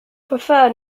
prefer